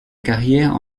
carrière